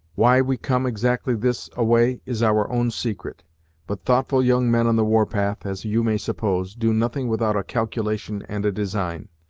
why we come exactly this a way is our own secret but thoughtful young men on the war-path, as you may suppose, do nothing without a calculation and a design.